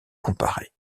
comparée